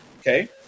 Okay